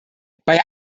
bei